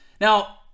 Now